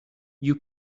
you